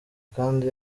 kandi